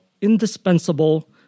Indispensable